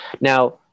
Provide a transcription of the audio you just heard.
Now